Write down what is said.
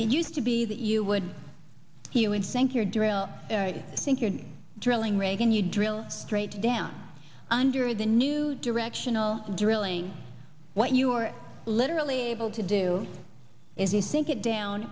it used to be that you would he would sink your drill i think you're drilling reagan you drill straight down under the new directional drilling what you are literally able to do is you think it down